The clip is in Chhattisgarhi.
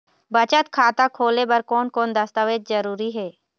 बचत खाता खोले बर कोन कोन दस्तावेज जरूरी हे?